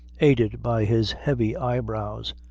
aided by his heavy eyebrows,